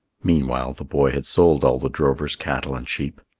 meanwhile the boy had sold all the drover's cattle and sheep.